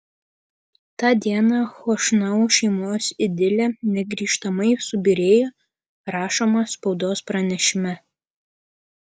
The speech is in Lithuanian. tą dieną chošnau šeimos idilė negrįžtamai subyrėjo rašoma spaudos pranešime